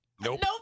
Nope